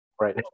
Right